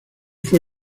fue